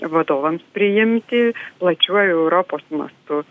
vadovams priimti plačiuoju europos mastu